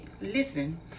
Listen